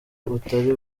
butari